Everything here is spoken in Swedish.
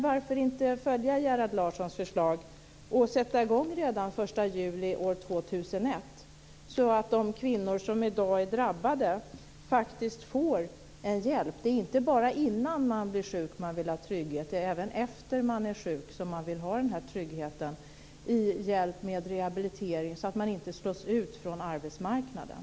Varför inte följa Gerhard Larssons förslag och sätta i gång redan den 1 juli 2001, så att de kvinnor som i dag är drabbade faktiskt får hjälp. Det är inte bara innan man blir sjuk som man vill ha trygghet, utan även efter det att man är sjuk vill man ha trygghet i hjälp med rehabilitering så att man inte slås ut från arbetsmarknaden.